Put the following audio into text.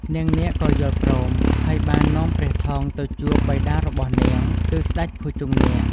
នាងនាគក៏យល់ព្រម ហើយបាននាំព្រះថោងទៅជួបបិតារបស់នាង គឺស្ដេចភុជង្គនាគ។